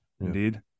indeed